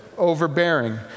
overbearing